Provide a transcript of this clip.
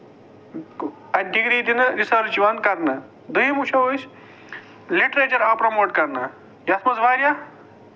اَتہِ ڈِگری دِنہٕ رِسٲرٕچ یِوان کَرنہٕ دوٚیِم وُچھو أسۍ لِٹرٮ۪چر آو پرموٹ کَرنہٕ یَتھ منٛز واریاہ